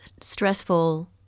stressful